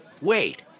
wait